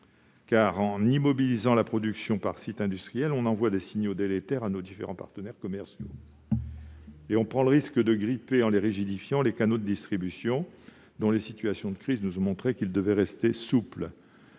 : en immobilisant la production par site industriel, nous enverrions des signaux délétères à nos différents partenaires commerciaux et prendrions le risque de gripper, en les rigidifiant, les canaux de distribution, dont les situations de crise nous ont montré qu'ils devaient rester souples.